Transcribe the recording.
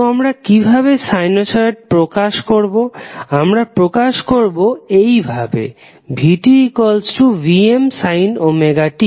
তো আমরা কিভাবে সাইনুসয়ড প্রকাশ করবো আমরা প্রকাশ করবো এইভাবে vtVm sin ωt